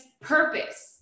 purpose